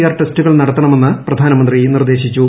R ടെസ്റ്റുകൾ നടത്തണമെന്ന് പ്രധാനമന്ത്രി നിർദ്ദേശിച്ചു